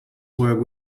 were